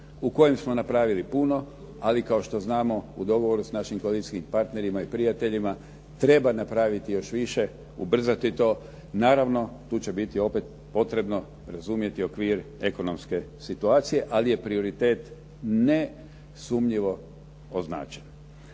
u kojem smo napravili puno, ali kao što znamo u dogovoru s našim koalicijskim partnerima i prijateljima treba napraviti još više, ubrzati to. Naravno tu će biti opet potrebno razumjeti okvir ekonomske situacije, ali je prioritet nesumnjivo označen.